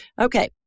Okay